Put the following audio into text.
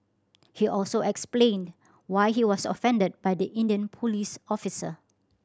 he also explained why he was offended by the Indian police officer